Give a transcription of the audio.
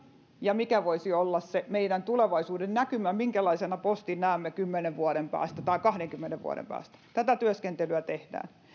ja mikä voisi olla meidän tulevaisuudennäkymä minkälaisena postin näemme kymmenen vuoden päästä tai kahdenkymmenen vuoden päästä tätä työskentelyä tehdään